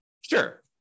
Sure